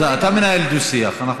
אתה מנהל דו-שיח.